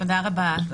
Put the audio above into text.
תודה רבה.